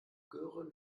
göre